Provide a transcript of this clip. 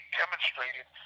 demonstrated